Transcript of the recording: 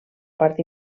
part